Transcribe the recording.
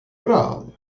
правда